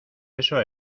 eso